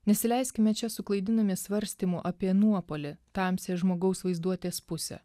nesileiskime čia suklaidinami svarstymų apie nuopuolį tamsiąją žmogaus vaizduotės pusę